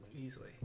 easily